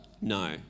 No